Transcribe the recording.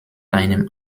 einem